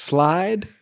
Slide